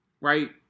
right